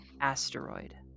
asteroid